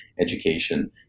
education